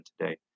today